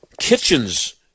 Kitchens